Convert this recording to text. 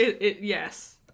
Yes